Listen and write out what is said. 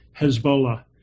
Hezbollah